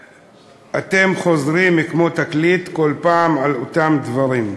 אתם חוזרים כמו תקליט כל פעם על אותם דברים,